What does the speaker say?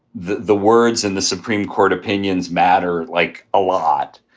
the the words in the supreme court opinions matter. like a lot.